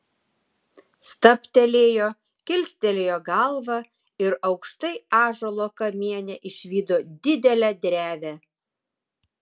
stabtelėjo kilstelėjo galvą ir aukštai ąžuolo kamiene išvydo didelę drevę